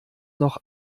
noch